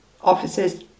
officers